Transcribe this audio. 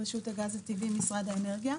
רשות הגז הטבעי במשרד האנרגיה.